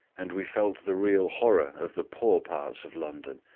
and we felt the real horror of the poor parts of london,